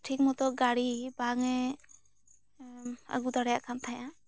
ᱴᱷᱤᱠ ᱢᱚᱛᱚ ᱜᱟᱹᱰᱤ ᱵᱟᱝ ᱮ ᱟᱹᱜᱩ ᱫᱟᱲᱮᱭᱟᱜ ᱠᱟᱱ ᱛᱟᱦᱮᱸᱜᱼᱟ